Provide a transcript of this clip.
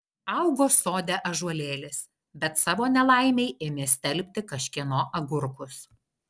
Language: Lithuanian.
augo sode ąžuolėlis bet savo nelaimei ėmė stelbti kažkieno agurkus